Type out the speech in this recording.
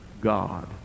God